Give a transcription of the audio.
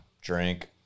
Drink